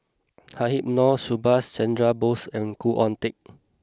Habib Noh Subhas Chandra Bose and Khoo Oon Teik